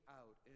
out